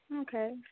Okay